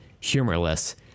humorless